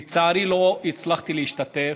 לצערי, לא הצלחתי להשתתף,